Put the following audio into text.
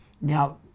Now